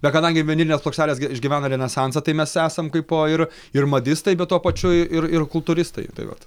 bet kadangi vinilinės plokštelės gi išgyvena renesansą tai mes esam kaipo ir ir madistai bet tuo pačiu ir ir kultūristai tai vat